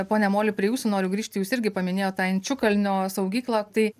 pone moli prie jūsų noriu grįžti jūs irgi paminėjor tą inčukalnio saugyklą tai